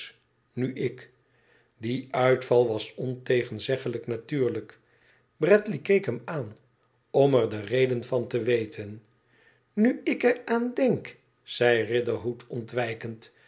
nu ik die uitval was ontegenzeglijk natuurlijk bradley keek hem aan om er de reden van te weten nu ik er aan denk zei riderhood ontwijkend